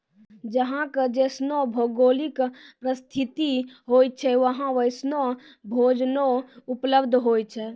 जहां के जैसनो भौगोलिक परिस्थिति होय छै वहां वैसनो भोजनो उपलब्ध होय छै